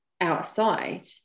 outside